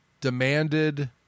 demanded